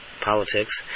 politics